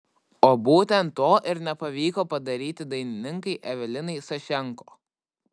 o būtent to ir nepavyko padaryti dainininkei evelinai sašenko